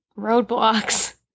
roadblocks